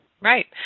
Right